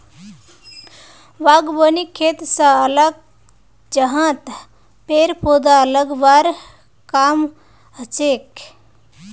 बागवानी खेत स अलग जगहत पेड़ पौधा लगव्वार काम हछेक